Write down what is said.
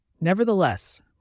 Nevertheless